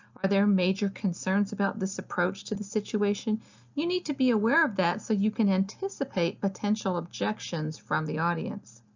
are there major concerns about this approach to the situation you need to be aware of so you can anticipate potential objections from the audience?